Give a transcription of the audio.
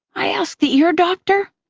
i asked the ear doctor.